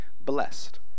blessed